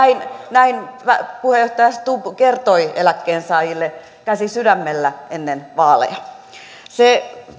palkansaajia näin puheenjohtaja stubb kertoi eläkkeensaajille käsi sydämellä ennen vaaleja se puhemies